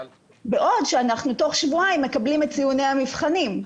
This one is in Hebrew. בעוד שתוך שבועיים אנחנו מקבלים את ציוני המבחנים.